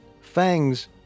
fangs